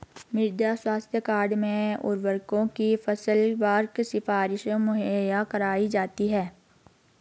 मृदा स्वास्थ्य कार्ड में उर्वरकों की फसलवार सिफारिशें मुहैया कराई जाती है